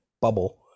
bubble